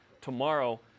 tomorrow